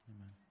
Amen